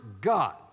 God